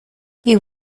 you